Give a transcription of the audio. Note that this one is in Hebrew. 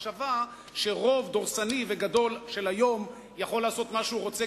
המחשבה שרוב דורסני וגדול של היום יכול לעשות מה שהוא רוצה,